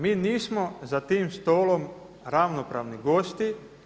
Mi nismo za tim stolom ravnopravni gosti.